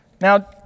Now